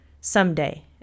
someday